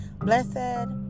blessed